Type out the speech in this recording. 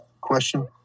question